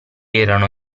erano